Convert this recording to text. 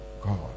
God